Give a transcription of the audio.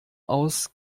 aus